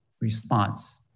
response